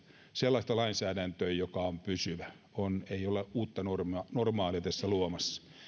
sellaista lainsäädäntöä joka on pysyvä ei olla uutta normaalia tässä luomassa